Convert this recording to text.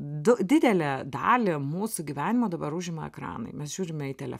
du didelę dalį mūsų gyvenimo dabar užima ekranai mes žiūrime į tele